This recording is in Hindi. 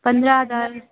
पंद्रह हज़ार